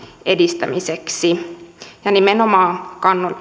edistämiseksi ja nimenomaan